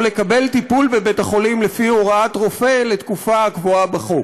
או לקבל טיפול בבית-חולים לפי הוראת רופא לתקופה הקבועה בחוק.